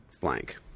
blank